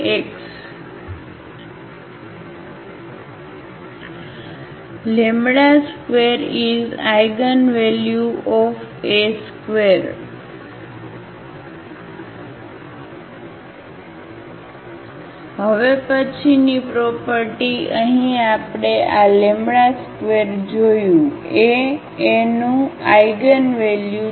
Axλx⇒AAxAλx A2xλAxλλx2x 2 is eigenvalue of A2 હવે પછીની property અહીં આપણે આ λ ² જોયું A એનું આઇગનવેલ્યુ છે